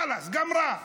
חלאס, גמרה,